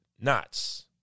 nuts